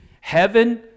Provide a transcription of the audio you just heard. heaven